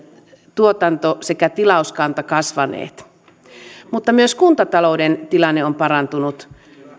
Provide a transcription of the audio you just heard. tuotanto ja tilauskanta kasvanut mutta myös kuntatalouden tilanne on parantunut